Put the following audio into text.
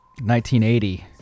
1980